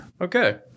okay